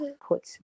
put